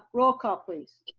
ah roll call please.